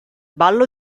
ballo